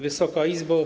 Wysoka Izbo!